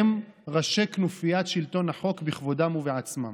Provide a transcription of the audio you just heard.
הם ראשי כנופיית שלטון החוק בכבודם ובעצמם.